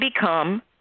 become